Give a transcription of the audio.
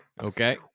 Okay